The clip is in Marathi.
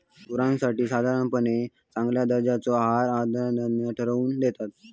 गुरांसाठी साधारणपणे चांगल्या दर्जाचो आहार आहारतज्ञ ठरवन दितत